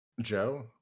Joe